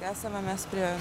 esame mes prie